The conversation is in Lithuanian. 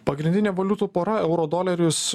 pagrindinė valiutų pora euro doleris